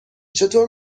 چطور